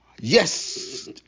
Yes